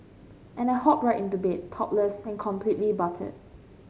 and I hop right into bed topless and completely buttered